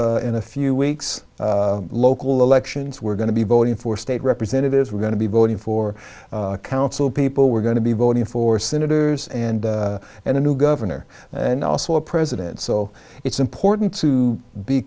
up in a few weeks local elections we're going to be voting for state representatives we're going to be voting for council people we're going to be voting for senators and and a new governor and also a president so it's important to be